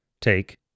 Take